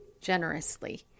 generously